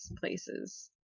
places